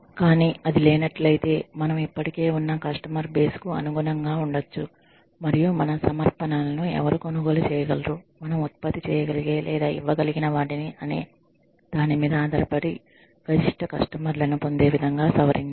కానీ అది లేనట్లయితే మనం ఇప్పటికే ఉన్న కస్టమర్ బేస్ కు అనుగుణంగా ఉండొచ్చు మరియు మన సమర్పణలను ఎవరు కొనుగోలు చేయగలరు మనం ఉత్పత్తి చేయగలిగే లేదా ఇవ్వగలిగిన వాటిని అనే దానిమీద ఆధారపడి గరిష్ట కస్టమర్ల ను పొందే విధంగా సవరించాలి